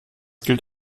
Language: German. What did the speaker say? gilt